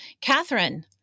Catherine